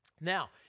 Now